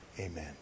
amen